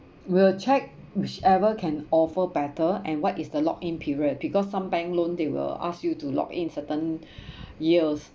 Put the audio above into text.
we'll check whichever can offer better and what is the lock in period because some bank loan they will ask you to lock in certain years